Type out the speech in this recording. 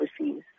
overseas